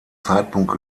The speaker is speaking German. zeitpunkt